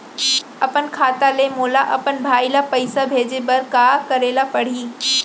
अपन खाता ले मोला अपन भाई ल पइसा भेजे बर का करे ल परही?